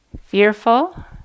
fearful